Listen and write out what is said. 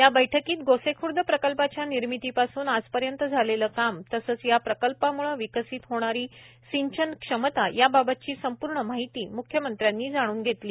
या बैठकीत गोसेख्र्द प्रकल्पाच्या निर्मितीपासून आजपर्यंत झालेले काम तसेच या प्रकल्पामुळे विकसित होणारी सिंचन क्षमता याबाबतची संपूर्ण माहिती म्ख्यमंत्र्यांनी जाणून घेतली